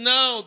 Now